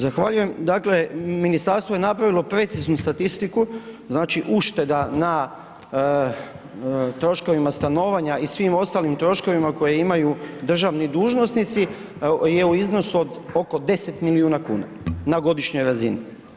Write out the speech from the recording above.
Zahvaljujem, dakle ministarstvo je napravilo preciznu statistiku znači ušteda na troškovima stanovanja i svim ostalim troškovima koje imaju državni dužnosnici je u iznosu oko 10 milijuna kuna na godišnjoj razini.